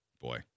boy